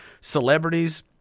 celebrities